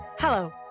Hello